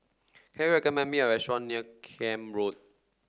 can you recommend me a restaurant near Camp Road